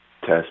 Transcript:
test